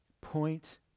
point